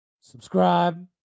Subscribe